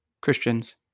Christians